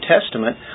Testament